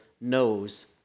knows